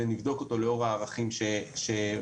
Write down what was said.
ונבדוק אותו לאור הערכים שהוזכרו,